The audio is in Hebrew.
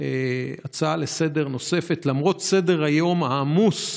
הצעה נוספת לסדר-היום, למרות סדר-היום העמוס,